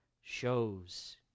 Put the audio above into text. shows